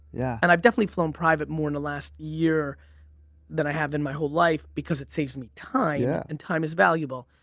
yeah and i've definitely flown private more in the last year than i have in my whole life because it saves me time yeah and time is valuable.